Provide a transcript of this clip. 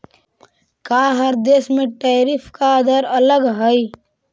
का हर देश में टैरिफ का दर अलग हई